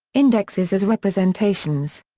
indexes as representations.